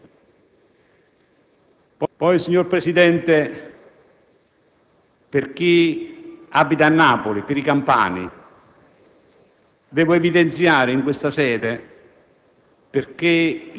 In parole povere, signor Presidente, come si può realizzare e portare a compimento il piano di smaltimento dei rifiuti solidi senza un vero e proprio piano rifiuti?